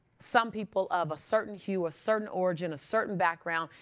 some people of a certain hue, a certain origin, a certain background.